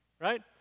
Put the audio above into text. Right